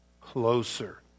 closer